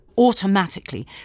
automatically